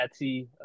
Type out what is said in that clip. Etsy